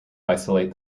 isolate